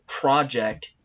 project